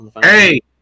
Hey